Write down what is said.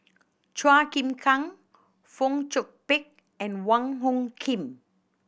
Chua Chim Kang Fong Chong Pik and Wong Hung Khim